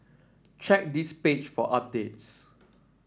check this page for updates